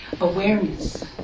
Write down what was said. awareness